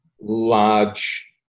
large